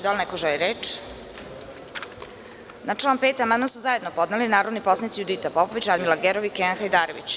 Da li neko želi reč? (Ne.) Na član 5. amandman su zajedno podneli narodni poslanici Judita Popović, Radmila Gerov i Kenan Hajdarević.